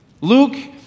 Luke